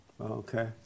okay